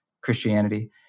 Christianity